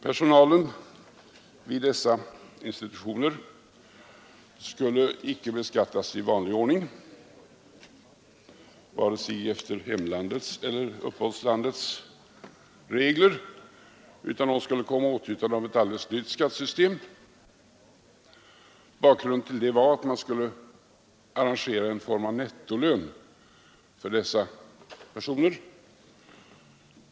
Personalen vid dessa institutioner skulle icke beskattas i vanlig ordning, varken efter hemlandets eller uppehållslandets regler, utan de skulle komma i åtnjutande av ett helt nytt skattesystem. Bakgrunden till det var att man skulle arrangera en form av nettolön för dessa personer.